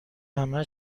همش